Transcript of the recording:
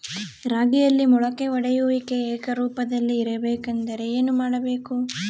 ರಾಗಿಯಲ್ಲಿ ಮೊಳಕೆ ಒಡೆಯುವಿಕೆ ಏಕರೂಪದಲ್ಲಿ ಇರಬೇಕೆಂದರೆ ಏನು ಮಾಡಬೇಕು?